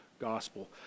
gospel